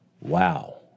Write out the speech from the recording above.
Wow